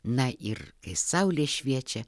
na ir kai saulė šviečia